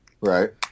Right